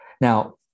now